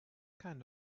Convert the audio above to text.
kind